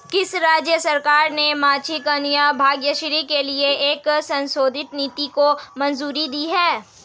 किस राज्य सरकार ने माझी कन्या भाग्यश्री के लिए एक संशोधित नीति को मंजूरी दी है?